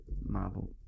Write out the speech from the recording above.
Marvel